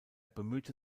bemühte